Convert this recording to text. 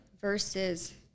versus